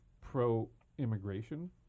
Pro-immigration